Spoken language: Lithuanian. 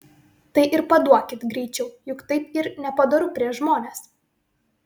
tai ir paduokit greičiau juk taip yr nepadoru prieš žmones